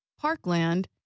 Parkland